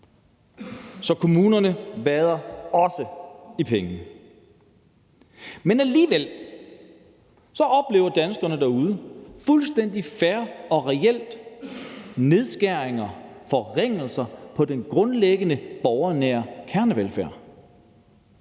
Så kommunerne vader også i penge. Men alligevel oplever danskerne derude fuldstændig fair og reelt nedskæringer, forringelser på den grundlæggende, borgernære kernevelfærd.